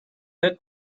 فکر